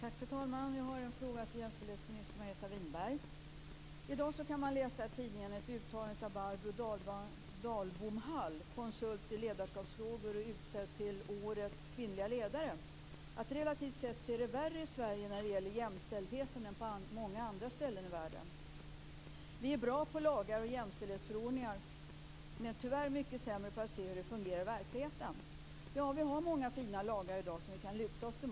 Fru talman! Jag har en fråga till jämställdhetsminister Margareta Winberg. I dag kan man läsa i tidningarna ett uttalande av Barbro Dahlbom-Hall, konsult i ledarskapsfrågor och utsedd till årets kvinnliga ledare, om att det relativt sett är värre i Sverige när det gäller jämställdheten än på många andra ställen i världen. Vi är bra på lagar och jämställdhetsförordningar, men tyvärr är vi mycket sämre på att få det att fungera i verkligheten. Vi har många fina lagar i dag som vi kan luta oss emot.